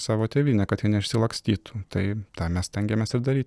savo tėvynę kad jie neišsilakstytų tai tą mes stengiamės ir dary